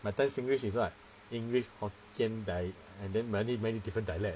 my time singlish is what english hokkien dia~ and then many many different dialect